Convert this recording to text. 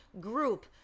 group